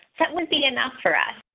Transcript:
that would be enough for us,